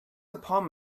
upon